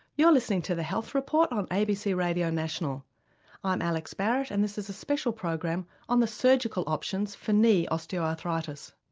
you're listening to the health report on abc radio national i'm alex barratt and this is a special program on the surgical options for knee osteoarthritis.